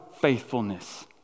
faithfulness